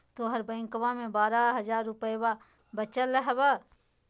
तोहर बैंकवा मे बारह हज़ार रूपयवा वचल हवब